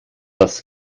das